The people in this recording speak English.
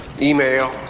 email